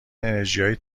انرژیهای